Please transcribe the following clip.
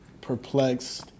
perplexed